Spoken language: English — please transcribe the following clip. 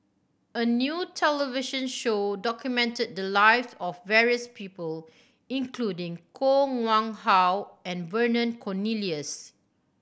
a new television show documented the lives of various people including Koh Nguang How and Vernon Cornelius